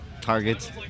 targets